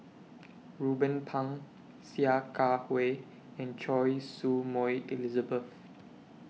Ruben Pang Sia Kah Hui and Choy Su Moi Elizabeth